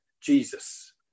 Jesus